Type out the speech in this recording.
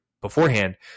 beforehand